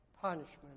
punishment